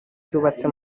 cyubatse